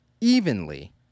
evenly